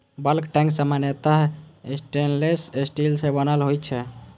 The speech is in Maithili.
बल्क टैंक सामान्यतः स्टेनलेश स्टील सं बनल होइ छै